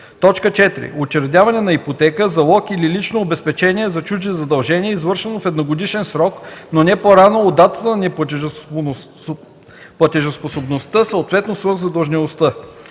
4. учредяване на ипотека, залог или лично обезпечение за чужди задължения, извършено в едногодишен срок, но не по-рано от датата на неплатежоспособността, съответно свръхзадължеността;